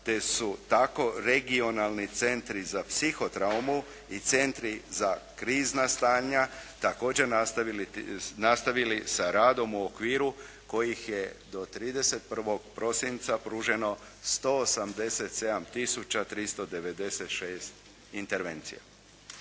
te su tako regionalni centri za psihotraumu i centri za krizna stanja također nastavili sa radom u okviru kojih je do 31. prosinca pruženo 187 tisuća 396 intervencija. Do